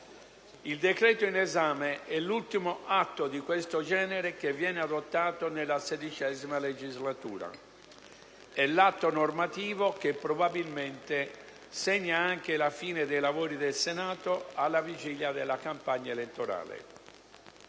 Il decreto-legge in esame è l'ultimo atto di questo genere che viene adottato nella XVI legislatura. È l'atto normativo che probabilmente segna anche la fine dei lavori del Senato alla vigilia della campagna elettorale.